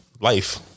life